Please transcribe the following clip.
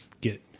get